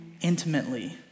intimately